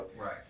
Right